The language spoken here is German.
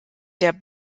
der